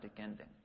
ending